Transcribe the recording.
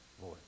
voice